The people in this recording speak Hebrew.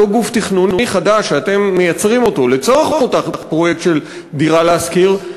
אותו גוף תכנוני חדש שאתם מייצרים לצורך אותו פרויקט של "דירה להשכיר"